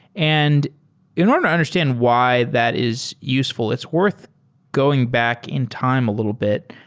and in order to understand why that is useful, it's worth going back in time a little bit.